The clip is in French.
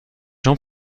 jean